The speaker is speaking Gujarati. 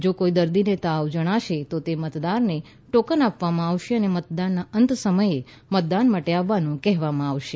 જો કોઈ દર્દીને તાવ જણાશે તો તે મતદારને ટોકન આપવામાં આવશે અને મતદાનના અંતના સમયે મતદાન માટે આવવાનું કહેવામાં આવશે